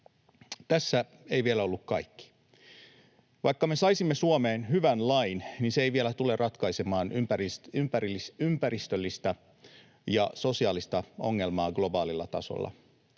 tässä ei vielä ollut kaikki. Vaikka me saisimme Suomeen hyvän lain, se ei vielä tule ratkaisemaan ympäristöllistä ja sosiaalista ongelmaa globaalilla tasolla.